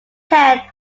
hand